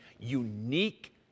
unique